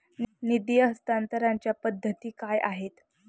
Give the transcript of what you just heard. निधी हस्तांतरणाच्या पद्धती काय आहेत?